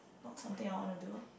not something I wanna do